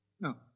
no